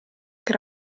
che